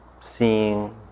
seeing